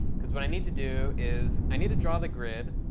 because what i need to do is i need to draw the grid.